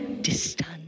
Distance